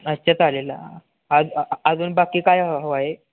अच्छा चालेल आज अजून बाकी काय ह हवं आहे